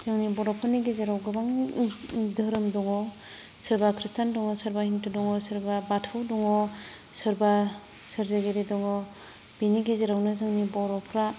जोंनि बर'फोरनि गेजेराव गोबां धोरोम दङ सोरबा ख्रिस्टान दङ सोरबा हिन्दु दङ सोरबा बाथौ दङ सोरबा सोरजिगिरि दङ बिनि गेजेरावनो जोंनि बर'फ्रा